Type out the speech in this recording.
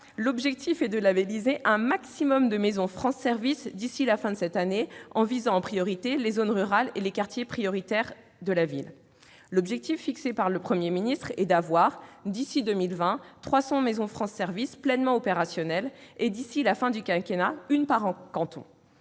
l'objectif est de labelliser un maximum de maisons France Services d'ici à la fin de cette année, en visant en priorité les zones rurales et les quartiers prioritaires de la ville. L'objectif fixé par le Premier ministre est que 300 maisons France Services soient pleinement opérationnelles d'ici à 2020 et une par canton